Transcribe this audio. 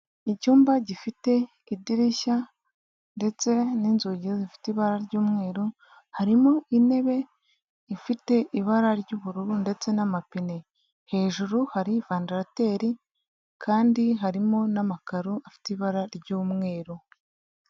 Icyumba gifite idirishya ndetse n'inzugi zifite ibara ry'umweru, harimo intebe ifite ibara ry'ubururu ndetse n'amapine, hejuru hari vandarateri kandi harimo n'amakaro, afite ibara ry'umweru.